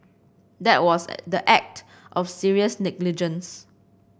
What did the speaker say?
that was the act of serious negligence